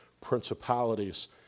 principalities